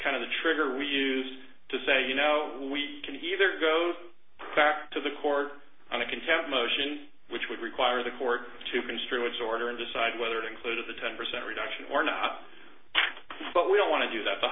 kind of the trigger we used to say you know we can either go back to the court on a can have motion which would require the court to construe its order and decide whether to include of the ten percent reduction or not but we don't want to do that the